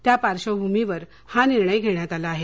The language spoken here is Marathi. त्या पार्श्वभूमीवर हा निर्णय घेण्यात आला आहे